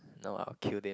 no I'll kill them